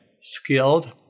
skilled